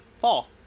fall